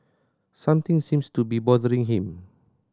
something seems to be bothering him